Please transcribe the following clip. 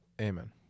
amen